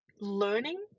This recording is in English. learning